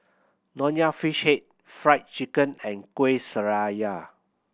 Nonya Fish Head Fried Chicken and Kueh Syara